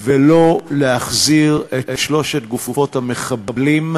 ולא להחזיר את שלוש גופות המחבלים,